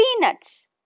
Peanuts